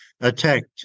attacked